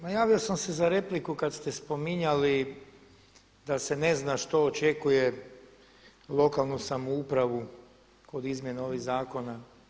Ma javio sam se za repliku kada ste spominjali da se ne zna što očekuje lokalnu samoupravu kod izmjena ovih zakona.